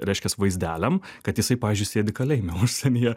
reiškias vaizdeliam kad jisai pavyzdžiui sėdi kalėjime užsienyje